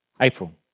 April